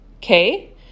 Okay